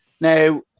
Now